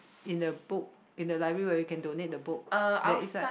in the book in the library where you can donate the book there is right